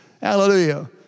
Hallelujah